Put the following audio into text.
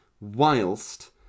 whilst